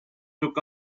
took